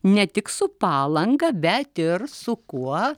ne tik su palanga bet ir su kuo